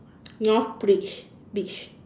North bridge beach